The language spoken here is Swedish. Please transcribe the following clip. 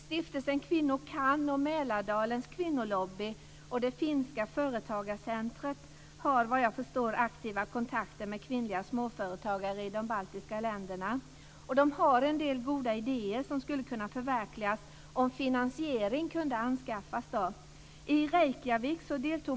Stiftelsen Kvinnor Kan, Mälardalens Kvinnolobby och det finska företagarcentrumet har aktiva kontakter med kvinnliga småföretagare i de baltiska länderna. De har en del goda idéer som skulle kunna förverkligas om finansiering kan anskaffas.